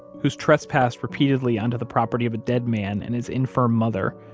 who's trespassed repeatedly onto the property of a dead man and his infirm mother,